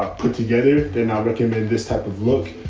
ah put together. then i recommend this type of look.